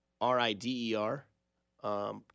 R-I-D-E-R